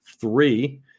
Three